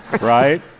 right